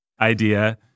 idea